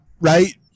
right